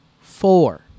four